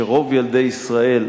שרוב ילדי ישראל,